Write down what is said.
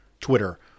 Twitter